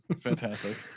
Fantastic